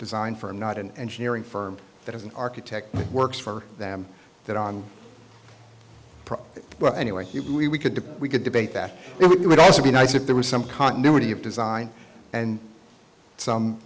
design firm not an engineering firm that has an architect that works for them that on but anyway he we could do we could debate that he would also be nice if there was some continuity of design and